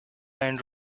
man